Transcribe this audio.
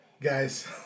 guys